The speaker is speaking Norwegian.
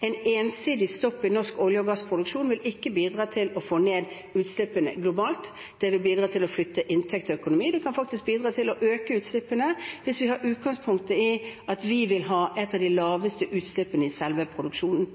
En ensidig stopp i norsk olje- og gassproduksjon vil ikke bidra til å få ned utslippene globalt; det vil bidra til å flytte inntekter og økonomi. Det kan faktisk bidra til å øke utslippene hvis vi tar utgangspunkt i at vi vil ha et av de laveste utslippene i selve produksjonen.